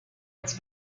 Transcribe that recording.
its